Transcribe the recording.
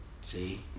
See